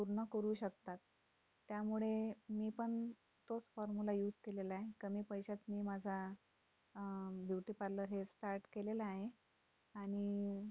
पूर्ण करू शकतात त्यामुळे मीपण तोच फॉर्मुला यूज केलेला आहे कमी पैशात मी माझा ब्युटी पार्लर हे स्टार्ट केलेला आहे आणि